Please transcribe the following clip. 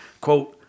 Quote